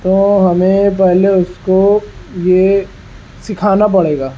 تو ہمیں پہلے اس کو یہ سکھانا پڑے گا